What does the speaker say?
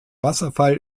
wasserfall